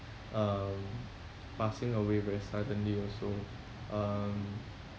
um passing away very suddenly also um